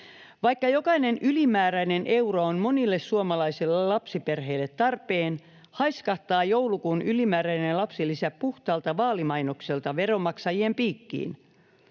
Vaikka jokainen ylimääräinen euro on monille suomalaisille lapsiperheille tarpeen, haiskahtaa joulukuun ylimääräinen lapsilisä puhtaalta vaalimainokselta veronmaksajien piikkiin.